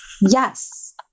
Yes